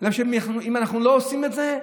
בגלל שאם אנחנו לא עושים את זה,